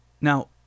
now